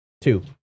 Two